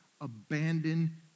abandon